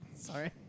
Sorry